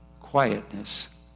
quietness